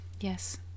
yes